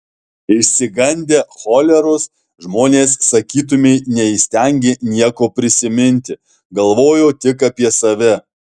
išsigandę choleros žmonės sakytumei neįstengė nieko prisiminti galvojo tik apie save